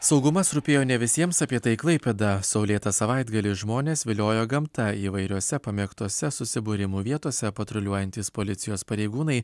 saugumas rūpėjo ne visiems apie tai klaipėda saulėtą savaitgalį žmones viliojo gamta įvairiose pamėgtose susibūrimų vietose patruliuojantys policijos pareigūnai